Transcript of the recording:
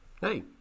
Hey